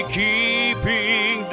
keeping